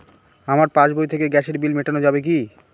আমার পাসবই থেকে গ্যাসের বিল মেটানো যাবে কি?